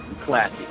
classy